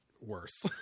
worse